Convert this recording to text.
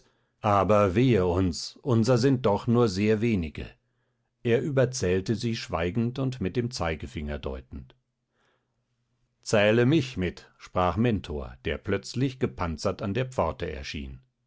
aber wehe uns unser sind doch nur sehr wenige er überzählte sie schweigend und mit dem zeigefinger deutend zähle mich mit sprach mentor der plötzlich gepanzert an der pforte erschien